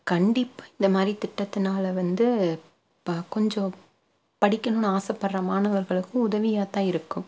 கண்டிப்பாக இந்த மாதிரி திட்டத்தினால வந்து பா கொஞ்சம் படிக்கணும்னு ஆசைப்படுற மாணவர்களுக்கும் உதவியாகத்தான் இருக்கும்